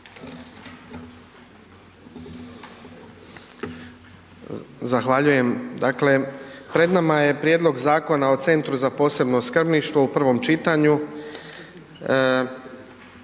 Zahvaljujem. Dakle pred nama je Prijedlog zakona o Centru za posebno skrbništvo u prvom čitanju.